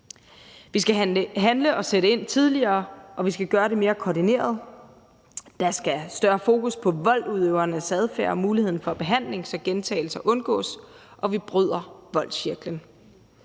Vi skal handle og sætte ind tidligere, og vi skal gøre det mere koordineret. Der skal større fokus på voldsudøvernes adfærd og muligheden for behandling, så gentagelser undgås og vi bryder voldscirklen.